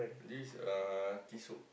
this uh Tissot